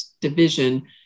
division